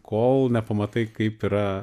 kol nepamatai kaip yra